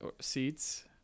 seats